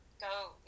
go